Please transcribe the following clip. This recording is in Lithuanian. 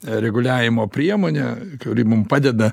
reguliavimo priemone kuri mum padeda